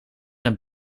naar